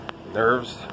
nerves